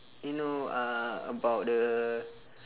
you know uh about the